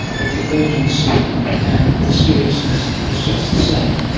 but the urgency and the seriousness is just the same.